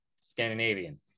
scandinavian